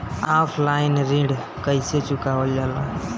Offline ऋण कइसे चुकवाल जाला?